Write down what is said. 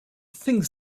things